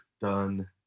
done